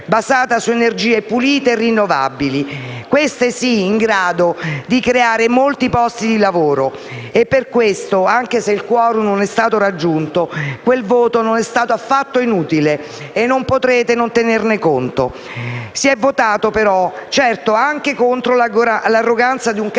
basata su energie pulite e rinnovabili, queste sì in grado di creare molti posti di lavoro. Per questo, anche se il *quorum* non è stato raggiunto, quel voto non è stato affatto inutile e non potrete non tenerne conto. Si è votato, però, anche contro l'arroganza di un Capo